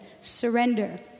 surrender